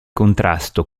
contrasto